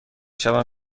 شوم